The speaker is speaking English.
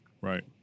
Right